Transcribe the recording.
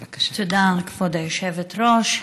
תודה, כבוד היושבת-ראש.